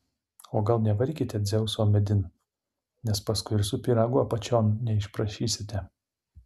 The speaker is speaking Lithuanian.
o gal nevarykite dzeuso medin nes paskui ir su pyragu apačion neišprašysite